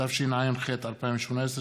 התשע"ח 2018,